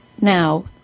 Now